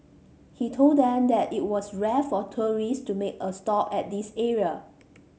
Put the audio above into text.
he told them that it was rare for tourist to make a stop at this area